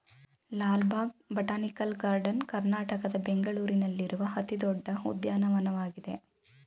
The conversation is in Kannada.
ಲಾಲ್ ಬಾಗ್ ಬಟಾನಿಕಲ್ ಗಾರ್ಡನ್ ಕರ್ನಾಟಕದ ಬೆಂಗಳೂರಿನಲ್ಲಿರುವ ಅತಿ ದೊಡ್ಡ ಉದ್ಯಾನವನವಾಗಿದೆ